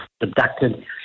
abducted